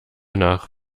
nach